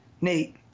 Nate